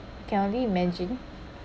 can only imagine